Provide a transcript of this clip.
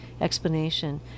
explanation